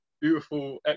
beautiful